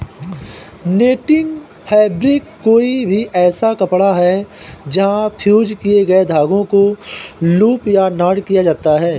netting fabric कोई भी ऐसा कपड़ा है जहाँ फ़्यूज़ किए गए धागों को लूप या नॉट किया जाता है